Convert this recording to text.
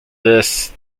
this